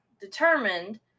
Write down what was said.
determined